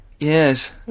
Yes